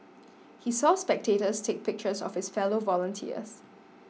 he saw spectators take pictures of his fellow volunteers